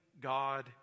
God